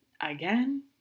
again